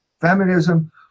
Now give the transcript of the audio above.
feminism